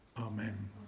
amen